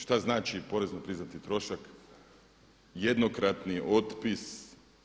Šta znači porez na priznati trošak, jednokratni otpis.